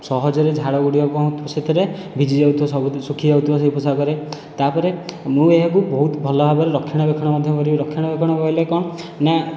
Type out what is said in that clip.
ସହଜରେ ଝାଳ ଗୁଡ଼ିକ କ'ଣ ହେଉଥିବ ସେଥିରେ ଭିଜି ଯାଉଥିବ ଶୁଖିଯାଉଥିବ ସେହି ପୋଷାକରେ ତା'ପରେ ମୁଁ ଏହାକୁ ବହୁତ ଭଲ ଭାବରେ ରକ୍ଷଣାବେକ୍ଷଣ ମଧ୍ୟ କରିବି ରକ୍ଷଣା ବେକ୍ଷଣ କହିଲେ କ'ଣ ନା